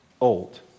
old